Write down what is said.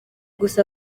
gusa